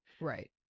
Right